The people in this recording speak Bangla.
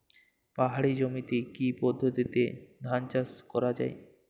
পাহাড়ী জমিতে কি পদ্ধতিতে ধান চাষ করা যায়?